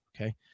Okay